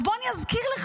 עכשיו, בוא אני אזכיר לך.